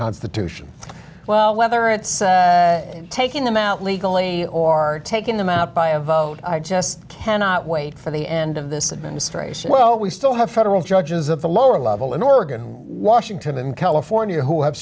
constitution well whether it's taking them out legally or are taking them out by a vote i just cannot wait for the end of this administration well we still have federal judges of the lower level in oregon washington and california who